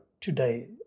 today